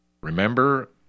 Remember